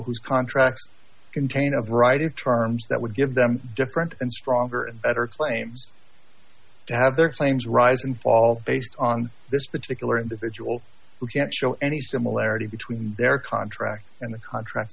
whose contracts contain a variety of terms that would give them different and stronger and better claims to have their claims rise and fall based on this particular individual who can't show any similarity between their contract and the contract